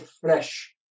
fresh